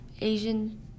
Asian